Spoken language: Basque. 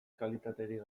kalitaterik